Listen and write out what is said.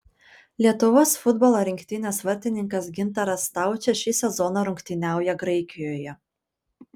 lietuvos futbolo rinktinės vartininkas gintaras staučė šį sezoną rungtyniauja graikijoje